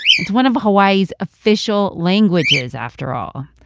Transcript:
it's one of hawaii's official languages, after all.